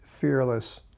fearless